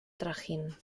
trajín